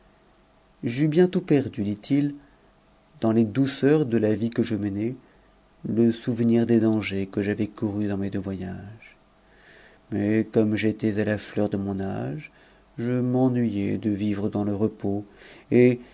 eus bientôt perdu dit-il dans les douceurs de la vie que je menais f uven r des dangers que j'avais courus dans mes deux voyages mais comme j'étais à a fleur de mon âge je m'ennuyai de vivre dans le et